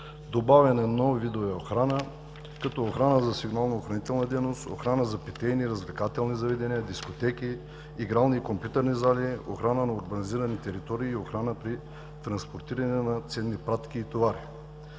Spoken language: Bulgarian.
добавяне на нови видове охрана, като охрана за сигнално-охранителна дейност, охрана за питейни и развлекателни заведения, дискотеки, игрални и компютърни зали, охрана на урбанизирани територии и охрана при транспортиране на ценни пратки и товари.